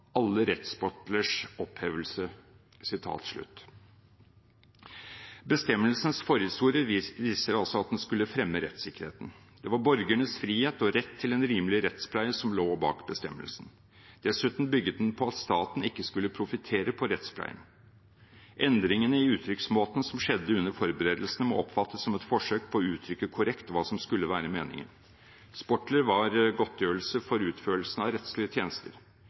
alle Rets-Sportlers Ophævelse.» Bestemmelsens forhistorie viser at den skulle fremme rettssikkerheten. Det var borgernes frihet og rett til en rimelig rettspleie som lå bak bestemmelsen. Dessuten bygget den på at staten ikke skulle profitere på rettspleien. Endringene i uttrykksmåten som skjedde under forberedelsene, må oppfattes som et forsøk på å uttrykke korrekt hva som skulle være meningen. Sportler var godtgjørelse for utførelsen av rettslige tjenester.